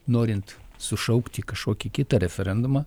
norint sušaukti kažkokį kitą referendumą